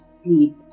sleep